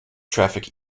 traffic